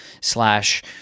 slash